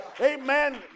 amen